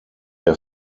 der